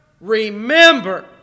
remember